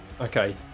Okay